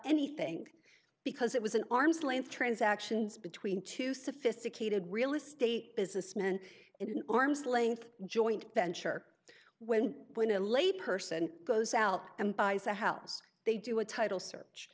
anything because it was an arm's length transactions between two sophisticated real estate businessmen and an arm's length joint venture when when a lay person goes out and buys a house they do a title search